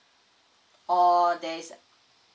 or there is